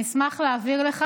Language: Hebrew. אני אשמח להעביר לך.